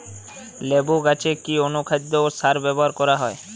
লেবু গাছে কি অনুখাদ্য ও সার ব্যবহার করা হয়?